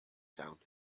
sound